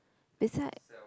beside